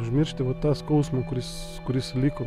užmiršti va tą skausmą kuris kuris liko